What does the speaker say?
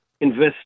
invest